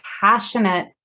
passionate